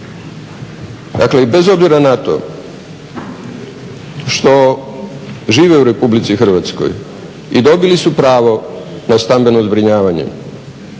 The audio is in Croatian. Dakle i bez obzira na to što žive u RH i dobili su pravo na stambeno zbrinjavanje.